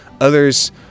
others